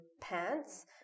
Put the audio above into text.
pants